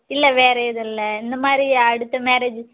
இல்லை வேறு எதுவும் இல்லை இந்த மாதிரி அடுத்த மேரேஜ்